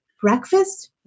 breakfast